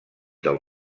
del